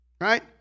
Right